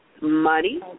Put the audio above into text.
Money